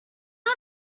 are